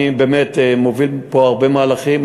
אני מוביל פה הרבה מהלכים,